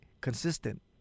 consistent